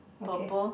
purple